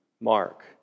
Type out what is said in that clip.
Mark